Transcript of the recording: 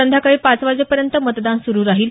संध्याकाळी पाच वाजे पर्यंत मतदान सुरु राहील